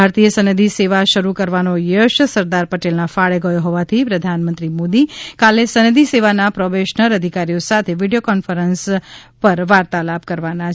ભારતીય સનદી સેવા શરૂ કરવાનો યશ સરદાર પટેલના ફાળે ગયો હોવાથી પ્રધાનમંત્રી મોદી કાલે સનદી સેવાના પ્રોબેશનર અધિકારીઓ સાથે વિડિયો વાર્તાલાપ પણ કરવાના છે